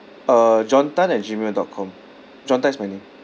uh john tan at Gmail dot com john tan is my name